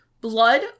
blood